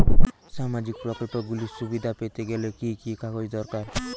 সামাজীক প্রকল্পগুলি সুবিধা পেতে গেলে কি কি কাগজ দরকার?